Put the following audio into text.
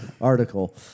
article